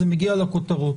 זה מגיע לכותרות.